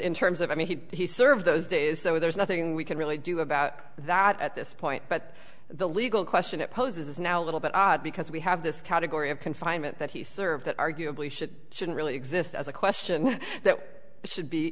in terms of i mean he served those days so there's nothing we can really do about that at this point but the legal question it poses now a little bit odd because we have this category of confinement that he served that arguably should really exist as a question that should be